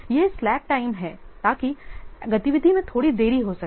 यह slack time है ताकि गतिविधि में थोड़ी देरी हो सके